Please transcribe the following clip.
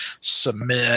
submit